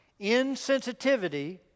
Insensitivity